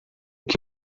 que